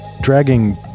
dragging